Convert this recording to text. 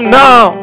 now